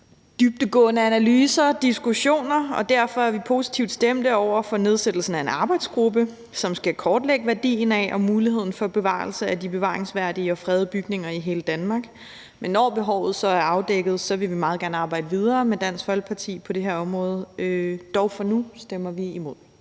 dybdegående analyser og diskussioner. Og derfor er vi positivt stemte over for nedsættelsen af en arbejdsgruppe, som skal kortlægge værdien af og muligheden for bevarelse af de bevaringsværdige og fredede bygninger i hele Danmark. Men når behovet så er afdækket, vil vi meget gerne arbejde videre med Dansk Folkeparti på det her område. Dog stemmer vi for